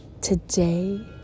Today